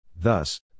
Thus